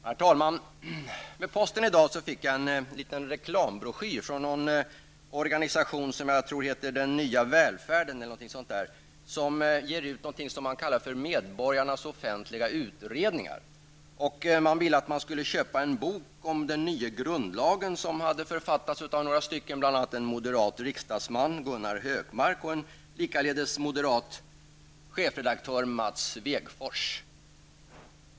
Herr talman! Med posten i dag fick jag en liten reklambroschyr från en organisation som jag tror heter Den Nya Välfärden eller något liknande. Den ger ut ''Medborgarnas Offentliga Utredningar''. Man ville att jag skulle köpa en bok om den nya grundlagen. Författare var bl.a. en moderat riksdagsman, Gunnar Hökmark, och en likaledes moderat chefredaktör, Mats Svegfors.